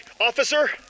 officer